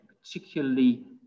particularly